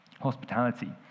hospitality